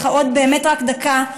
ככה עוד באמת רק דקה,